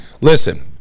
Listen